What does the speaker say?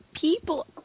people